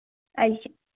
अच्छ